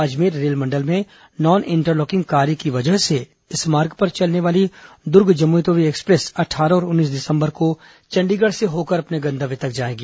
अजमेर रेलमंडल में non interlocking कार्य के कारण इस मार्ग पर चलने वाली दुर्ग जम्मूतवी एक्सप्रेस अट्ठारह और उन्नीस दिसंबर को चंडीगढ़ से होकर अपने गंतव्य तक जाएगी